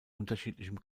unterschiedlichem